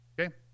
Okay